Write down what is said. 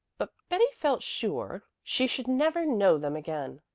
but betty felt sure she should never know them again.